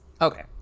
Okay